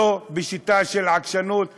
לא בשיטה של עקשנות וכוחנות.